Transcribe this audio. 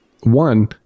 one